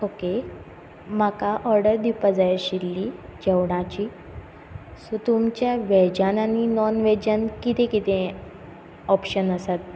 okay म्हाका order दिवपा जाय आशिल्ली जेवणाची सो तुमचे वॅजान आनी नॉन वॅजान किदें किदें ऑप्शन आसात